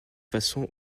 façon